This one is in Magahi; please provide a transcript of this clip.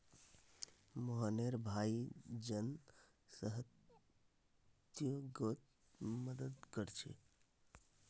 मोहनेर भाई जन सह्योगोत मदद कोरछे